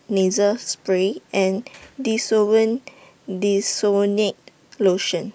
Nasal Spray and Desowen Desonide Lotion